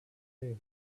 there